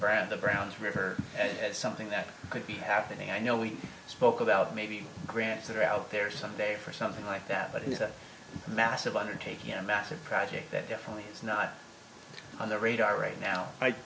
brand of browns river and something that could be happening i know we spoke about maybe grants that are out there some day or something like that but he's a massive undertaking a massive project that definitely is not on the radar right now i